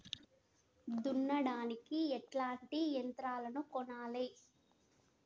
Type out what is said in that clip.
దున్నడానికి ఎట్లాంటి యంత్రాలను కొనాలే?